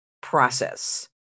process